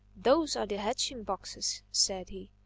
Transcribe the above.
those are the hatching-boxes, said he.